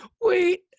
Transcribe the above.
Wait